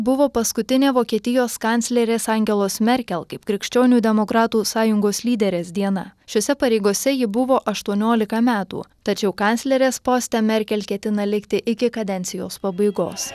buvo paskutinė vokietijos kanclerės angelos merkel kaip krikščionių demokratų sąjungos lyderės diena šiose pareigose ji buvo aštuoniolika metų tačiau kanclerės poste merkel ketina likti iki kadencijos pabaigos